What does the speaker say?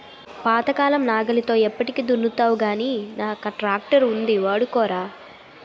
పాతకాలం నాగలితో ఎప్పటికి దున్నుతావ్ గానీ నా ట్రాక్టరక్కడ ఉంది వాడుకోరా